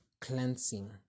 cleansing